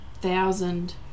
thousand